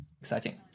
exciting